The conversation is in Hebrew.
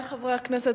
חברי חברי הכנסת,